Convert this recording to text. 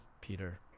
Peter